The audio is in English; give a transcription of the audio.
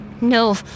no